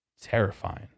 Terrifying